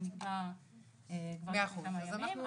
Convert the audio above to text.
שנקבע כבר לפני כמה ימים,